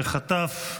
שחטף,